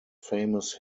famous